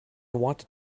wanted